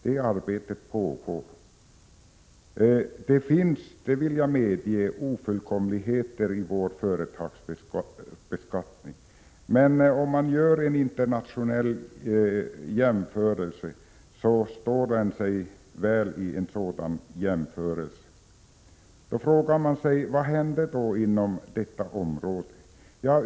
Jag medger att det finns ofullkomligheter i företagsbeskattningen, men vid en internationell jämförelse står den sig väl. Vad händer då inom detta område?